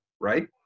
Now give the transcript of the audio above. right